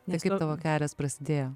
ir kaip tavo kelias prasidėjo